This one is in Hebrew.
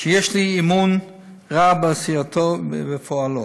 שיש לי אמון רב בעשייתו ובפועלו,